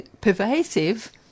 pervasive